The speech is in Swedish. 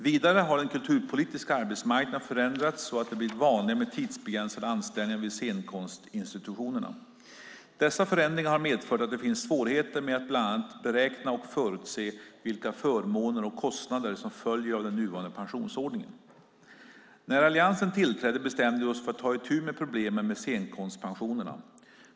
Vidare har den kulturpolitiska arbetsmarknaden förändrats så att det har blivit vanligare med tidsbegränsade anställningar vid scenkonstinstitutionerna. Dessa förändringar har medfört att det finns svårigheter med att bland annat beräkna och förutse vilka förmåner och kostnader som följer av den nuvarande pensionsordningen. När Alliansen tillträdde bestämde vi oss för att ta itu med problemen med scenkonstpensionerna.